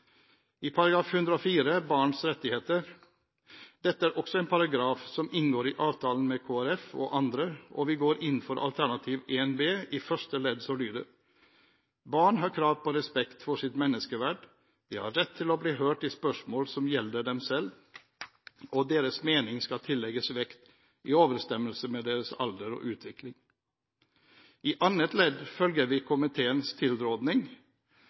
en paragraf som inngår i avtalen med Kristelig Folkeparti og andre, og vi går inn for alternativ 1 B første ledd, som lyder: «Barn har krav på respekt for sitt menneskeverd. De har rett til å bli hørt i spørsmål som gjelder dem selv, og deres mening skal tillegges vekt i overensstemmelse med deres alder og utvikling.» I annet ledd følger vi komiteens tilråding,